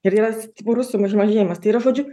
ir yra stiprus sumaž mažėjimas tai yra žodžiu